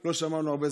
לא שמענו הרבה.